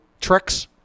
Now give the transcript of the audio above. tricks